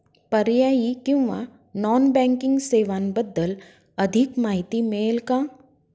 पर्यायी किंवा non banking सेवांबद्दल अधिक माहिती मिळेल का?